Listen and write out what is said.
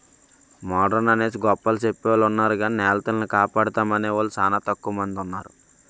modern అనేసి గొప్పలు సెప్పెవొలున్నారు గాని నెలతల్లిని కాపాడుతామనేవూలు సానా తక్కువ మందున్నారు